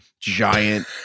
giant